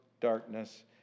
darkness